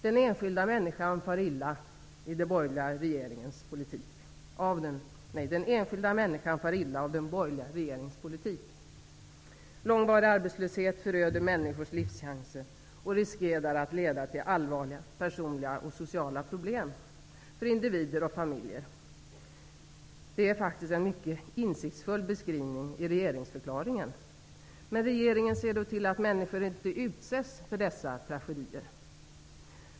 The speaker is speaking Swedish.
Den enskilda människan far illa av den borgerliga regeringens politik. Att långvarig arbetslöshet föröder människors livschanser och riskerar att leda till allvarliga personliga och sociala problem för individer och familjer, är faktiskt en mycket insiktsfull beskrivning i regeringsförklaringen. Men regeringen, se då till att människor inte utsätts för dessa tragedier!